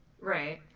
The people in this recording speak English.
Right